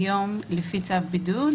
היום לפי צו בידוד,